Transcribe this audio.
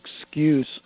excuse